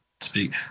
speak